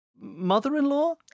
mother-in-law